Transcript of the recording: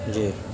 جی